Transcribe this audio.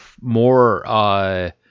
more